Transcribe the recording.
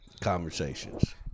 conversations